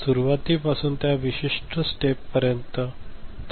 सुरुवातीपासून त्या विशिष्ट स्टेप पर्यंत